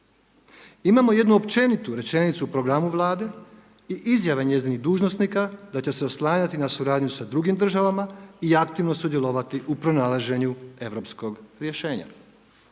Imamo jednu općenitu rečenicu u programu Vlade i izjave njezinih dužnosnika da će se oslanjati na suradnju sa drugim državama i aktivno sudjelovati u pronalaženju europskog rješenja.